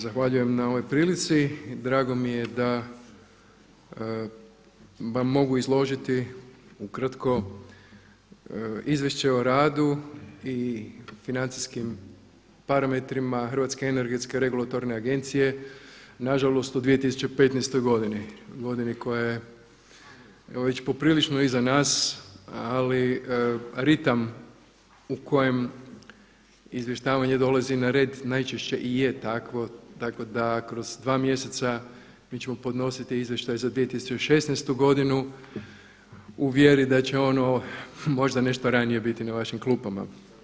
Zahvaljujem na ovoj prilici i drago mi je da vam mogu izložiti ukratko Izvješće o radu i financijskim parametrima Hrvatske energetske regulatorne agencije nažalost u 2015. godini, godini koja je evo već poprilično iza nas ali ritam u kojem izvještavanje dolazi na red, najčešće i je takvo, tako da kroz dva mjeseca mi ćemo podnositi izvještaj za 2016. u vjeri da će ono možda nešto ranije biti na vašim klupama.